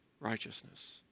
righteousness